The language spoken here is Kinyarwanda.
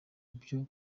byo